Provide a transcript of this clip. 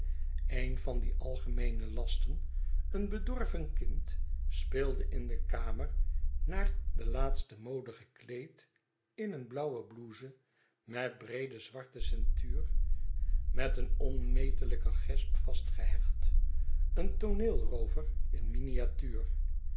een van die algemeene lasten een bedorven kind speelde in de kamer naar de laatste mode gekleed in een blauwe blouse met een breede zwarte ceinture met een onmetelijke gesp vastgehecht een tooneelroover in miniatuur